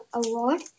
award